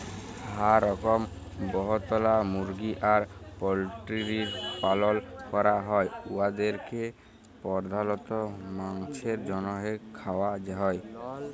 হাঁ রকম বহুতলা মুরগি আর পল্টিরির পালল ক্যরা হ্যয় উয়াদেরকে পর্ধালত মাংছের জ্যনহে খাউয়া হ্যয়